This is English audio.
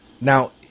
Now